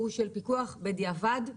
הוא של פיקוח בדיעבד,